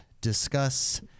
discuss